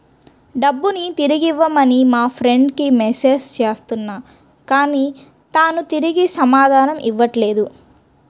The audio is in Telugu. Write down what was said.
డబ్బుని తిరిగివ్వమని మా ఫ్రెండ్ కి మెసేజ్ చేస్తున్నా కానీ తాను తిరిగి సమాధానం ఇవ్వట్లేదు